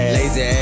lazy